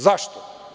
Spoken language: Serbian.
Zašto?